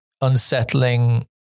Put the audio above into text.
unsettling